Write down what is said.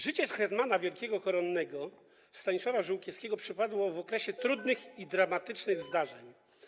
Życie hetmana wielkiego koronnego Stanisława Żółkiewskiego przypadło na okres trudnych i dramatycznych zdarzeń.